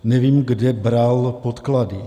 Nevím, kde bral podklady.